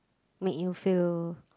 make you feel